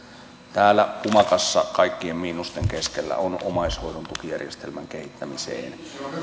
täällä pumakassa kaikkien miinusten keskellä on omaishoidon tukijärjestelmän kehittämiseen